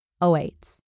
awaits